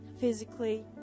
physically